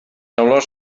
olors